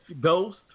Ghost